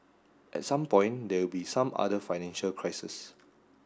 at some point there will be some other financial crises